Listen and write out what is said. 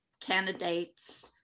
candidates